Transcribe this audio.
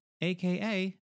aka